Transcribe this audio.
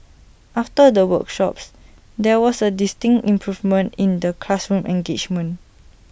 after the workshops there was A distinct improvement in the classroom engagement